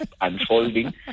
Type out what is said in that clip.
unfolding